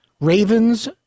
Ravens